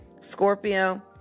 Scorpio